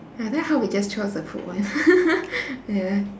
I like how we chose the food [one] yeah